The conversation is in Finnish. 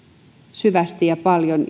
syvästi ja paljon